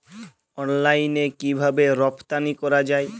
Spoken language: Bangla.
অনলাইনে কিভাবে রপ্তানি করা যায়?